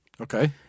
Okay